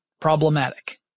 problematic